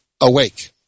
awake